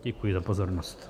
Děkuji za pozornost.